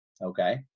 okay